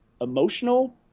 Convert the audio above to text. emotional